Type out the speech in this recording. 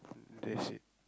that's it